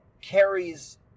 carries